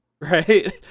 right